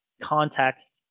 context